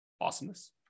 Awesomeness